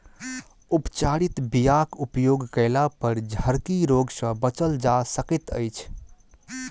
उपचारित बीयाक उपयोग कयलापर झरकी रोग सँ बचल जा सकैत अछि